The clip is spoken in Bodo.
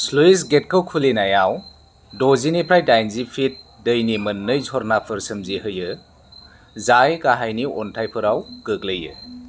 स्लुइस गेटखौ खुलिनायाव द'जिनिफ्राय दाइनजि फिट दैनि मोननै झरनाफोर सोमजिहोयो जाय गाहायनि अन्थाइफोराव गोग्लैयो